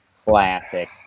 Classic